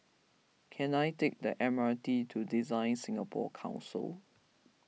can I take the M R T to DesignSingapore Council